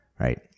Right